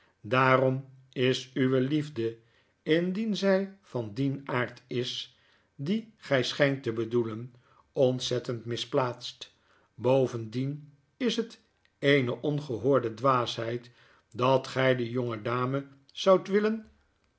pdaarom is uwe liefde indien zij van dien aard is dien gy schynt tebedoelen ontzettend misplaatst bovendien is het eene ongehoorde dwaasheid dat gy de jonge dame zoudt willen